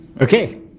Okay